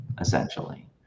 essentially